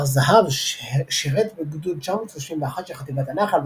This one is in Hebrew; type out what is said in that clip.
הר-זהב שירת בגדוד 931 של חטיבת הנח"ל,